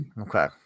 Okay